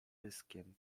pyskiem